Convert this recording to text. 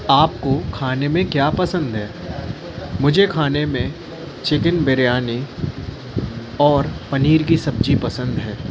आपको खाने में क्या पसंद है मुझे खाने में चिकन बिरयानी और पनीर की सब्ज़ी पसंद है